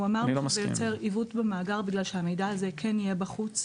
אמרנו זה יוצר עיוות במאגר בגלל שהמידע הזה כן יהיה בחוץ.